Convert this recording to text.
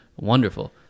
wonderful